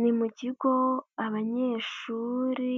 Ni mu kigo abanyeshuri